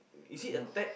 is it a tag